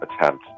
attempt